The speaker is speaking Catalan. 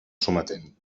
sometent